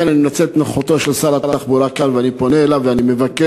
לכן אני מנצל את נוכחותו של שר התחבורה כאן ופונה אליו ומבקש,